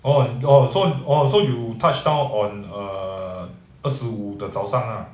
orh oh orh so you touch down on err 二十五的早上啊